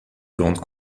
grande